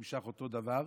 הוא נמשך אותו דבר,